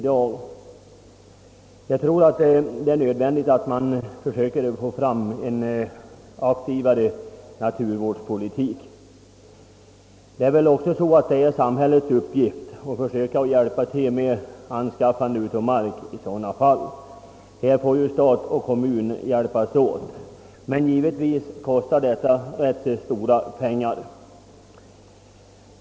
Det är därför nödvändigt att försöka åstadkomma en aktivare naturvårdspolitik. Det är också samhällets uppgift att försöka hjälpa till med anskaffandet av mark i sådana fall. Härvidlag får stat och kommun hjälpas åt, men givetvis kostar detta rätt mycket pengar.